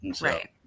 Right